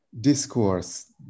discourse